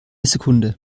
sekunde